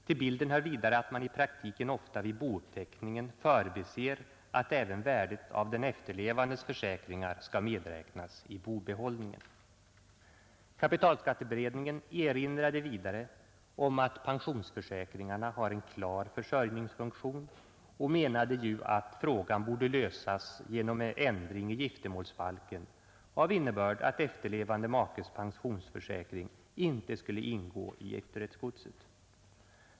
Till bilden hör vidare att man i praktiken ofta vid bouppteckningen förbiser att även värdet av den efterlevandes försäkringar skall medräknas i bobehållningen.” Kapitalskatteberedningen erinrade vidare om att pensionsförsäkringarna har en klar försörjningsfunktion och menade att frågan borde lösas genom ändring i giftermålsbalken av innebörd att efterlevande makes pensionsförsäkring inte skulle ingå i giftorättsgodset.